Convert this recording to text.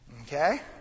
Okay